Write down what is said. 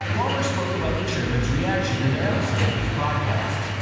lawler spoke about the chairman's reaction in an episode of his podcast